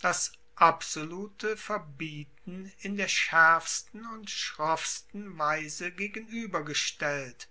das absolute verbieten in der schaerfsten und schroffsten weise gegenuebergestellt